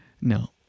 No